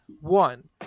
One